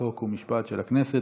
חוק ומשפט של הכנסת.